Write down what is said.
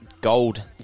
gold